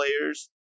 players